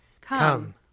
Come